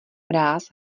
mráz